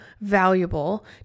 valuable